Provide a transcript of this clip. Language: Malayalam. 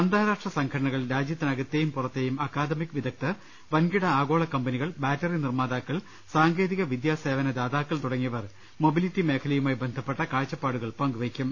അന്താരാഷ്ട്ര സംഘടനകൾ രാജ്യത്തി നകത്തെയും പുറത്തെയും അക്കാദമിക് വിദഗ്ദ്ധർ വൻകിട ആഗോള കമ്പനികൾ ബാറ്ററി നിർമ്മാതാക്കൾ സാങ്കേതിക വിദ്യാ സേവന ദാതാക്കൾ തുടങ്ങിയവർ മൊബിലിറ്റി മേഖലയുമായി ബന്ധപ്പെട്ട് കാഴ്ചപ്പാടുകൾ പങ്കുവയ്ക്കും